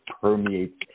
permeates